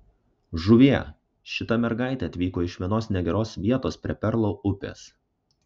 žuvie šita mergaitė atvyko iš vienos negeros vietos prie perlo upės